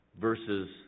versus